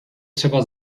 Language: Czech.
třeba